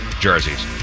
Jerseys